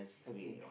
okay